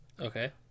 Okay